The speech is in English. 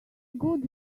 good